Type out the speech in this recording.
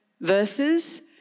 verses